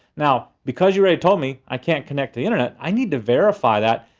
now, because you already told me, i can't connect to the internet, i need to verify that.